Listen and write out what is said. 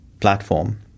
platform